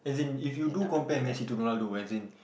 if you do compare Messi to Ronaldo as in